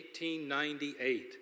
1898